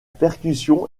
percussion